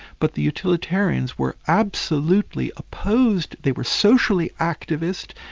but the utilitarians were absolutely opposed, they were socially activist,